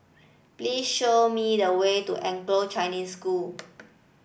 please show me the way to Anglo Chinese School